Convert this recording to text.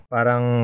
Parang